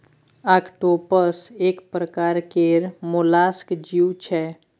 octopus एक परकार केर मोलस्क जीव छै